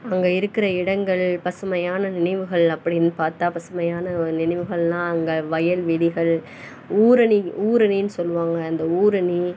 அங்கே இருக்கிற இடங்கள் பசுமையான நினைவுகள் அப்படின்னு பார்த்தா பசுமையான நினைவுகளெலாம் அங்கே வயல்வெளிகள் ஊரணி ஊரணின்னு சொல்வாங்க அந்த ஊரணி